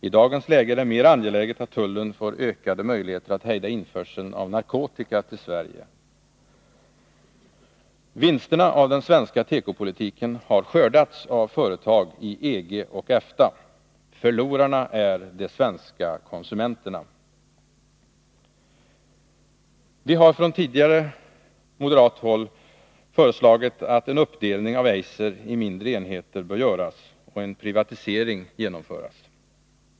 I dagens läge är det mera angeläget att tullen får ökade möjligheter att hejda införseln av narkotika till Sverige. Vinsterna av den svenska tekopolitiken har skördats av företag i EG och EFTA. Förlorarna är de svenska konsumenterna. Vi har tidigare från moderat håll föreslagit att en uppdelning av Eiser i mindre enheter bör göras och en privatisering genomföras.